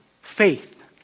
faith